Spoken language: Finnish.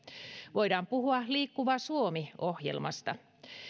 voidaan puhua liikkuva suomi ohjelmasta